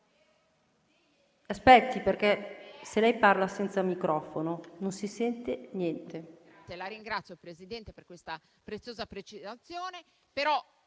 Aspetti, perché, se lei parla senza microfono, non si sente niente.